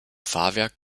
fahrwerk